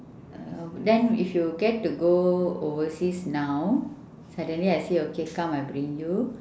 uh then if you get to go overseas now suddenly I say okay come I bring you